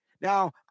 Now